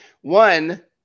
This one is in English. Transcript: One